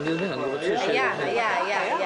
אתה רוצה שאזרחי מדינת ישראל ימותו?